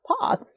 pause